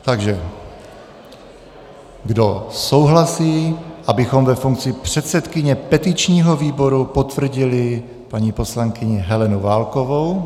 Takže kdo souhlasí, abychom ve funkci předsedkyně petičního výboru potvrdili paní poslankyni Helenu Válkovou.